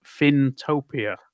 Fintopia